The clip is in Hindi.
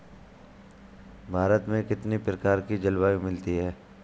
भारत में कितनी प्रकार की जलवायु मिलती है?